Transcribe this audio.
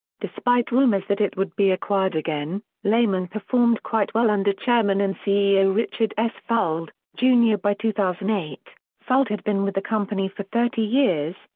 despite rumors that it would be acquired again, lehman performed quite well under chairman and ceo richard s. fuld, jr. by two thousand and eight, fuld had been with the company for thirty years,